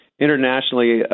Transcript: internationally